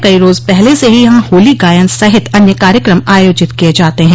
कई रोज पहले से ही यहां होली गायन सहित अन्य कार्यक्रम आयोजित किये जाते हैं